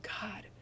God